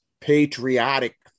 patriotic